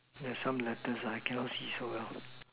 there are some letters I cannot see so well